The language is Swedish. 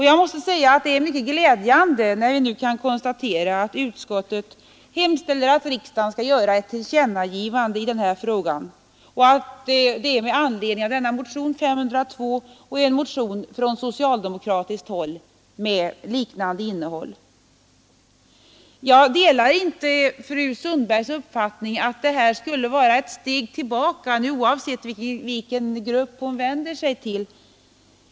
Jag måste säga att det är mycket glädjande, när vi nu kan konstatera att utskottet hemställer att riksdagen skall göra ett tillkännagivande i denna fråga med anledning av vår motion 502 och en motion från socialdemokraterna med liknande innehåll. Jag delar inte fru Sundbergs uppfattning att detta skulle vara ett steg tillbaka, oavsett vilka grupper hon vänder sig till.